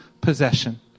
possession